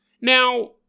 Now